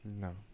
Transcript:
No